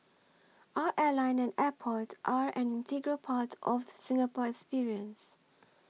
our airline and airport are an integral part of the Singapore experience